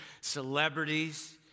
celebrities